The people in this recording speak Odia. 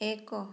ଏକ